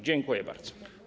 Dziękuję bardzo.